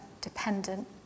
dependent